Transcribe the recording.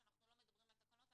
שאנחנו לא מדברים על תקנות,